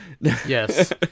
Yes